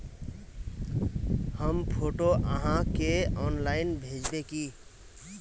हम फोटो आहाँ के ऑनलाइन भेजबे की?